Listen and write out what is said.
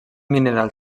mineral